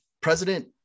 President